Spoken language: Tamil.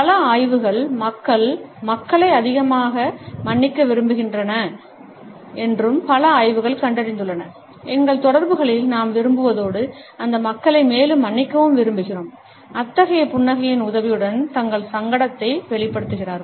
பல ஆய்வுகள் மக்கள் மக்களை அதிகமாக மன்னிக்க விரும்புகின்றன என்றும் பல ஆய்வுகள் கண்டறிந்துள்ளன எங்கள் தொடர்புகளில் நாம் விரும்புவதோடு அந்த மக்களை மேலும் மன்னிக்கவும் விரும்புகிறோம் அத்தகைய புன்னகையின் உதவியுடன் தங்கள் சங்கடத்தை வெளிப்படுத்துகிறார்கள்